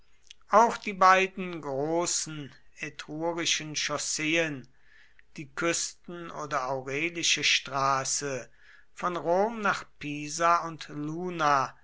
auch die beiden großen etrurischen chausseen die küsten oder aurelische straße von rom nach pisa und luna